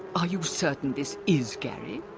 are you certain this is gary?